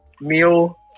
meal